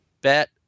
Bet